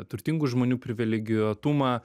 turtingų žmonių privilegijuotumą